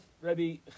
Rebbe